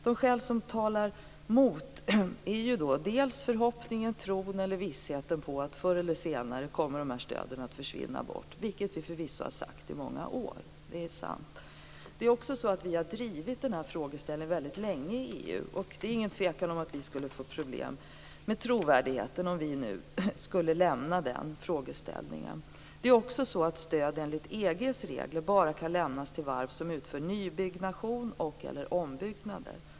De skäl som talar emot är dels förhoppningen, tron eller vissheten om att dessa stöd förr eller senare kommer att försvinna bort. Det har vi förvisso sagt i många år. Det är sant. Det är också så att vi har drivit den här frågeställningen väldigt länge i EU. Det råder ingen tvekan om att vi skulle få problem med trovärdigheten om vi nu skulle lämna den. Det är också så att stöd enligt EG:s regler bara kan lämnas till varv som utför nybyggnation och/eller ombyggnader.